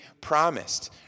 promised